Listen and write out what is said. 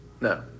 No